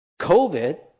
COVID